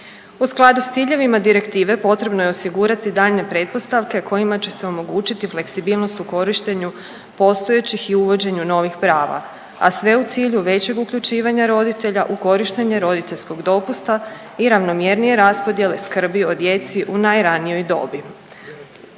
U skladu s ciljevima direktive potrebno je osigurati daljnje pretpostavke kojima će se omogućiti fleksibilnost u korištenju postojećih uvođenju novih prava, a sve u cilju većeg uključivanje roditelja u korištenje roditeljskog dopusta i ravnomjernije raspodjele skrbi o djeci u najranijoj dobi.